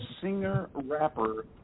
singer-rapper